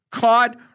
God